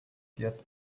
get